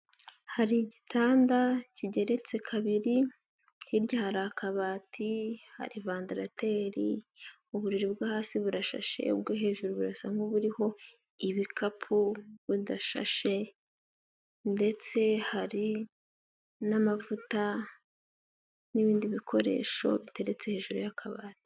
Hari igitanda kigeretse kabiri, hirya hari akabati, hari vandarateri, uburiri bwo hasi burashashe ubwo hejuru burasa nk'uburiho ibikapu budashashe ndetse hari n'amavuta n'ibindi bikoresho biteretse hejuru y'akabati.